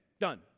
done